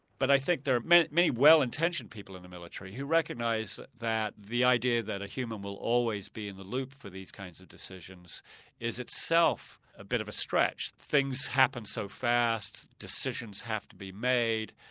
but i think there are many many well-intentioned people in the military who recognise that that the idea that a human will always be in the loop for these kinds of decisions is itself a bit of a stretch. things happen so fast, decisions have to be made,